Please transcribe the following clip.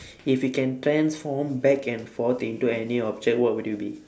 if you can transform back and forth into any object what would you be